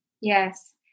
Yes